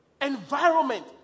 environment